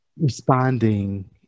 responding